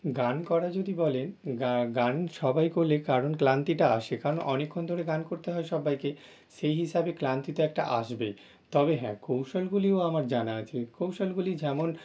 গান করা যদি বলেন গান সবাই করলে কারণ ক্লান্তিটা আসে কারণ অনেকক্ষণ ধরে গান করতে হয় সব্বাইকে সেই হিসাবে ক্লান্তি তো একটা আসবেই তবে হ্যাঁ কৌশলগুলিও আমার জানা আছে কৌশলগুলি যেমন